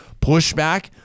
pushback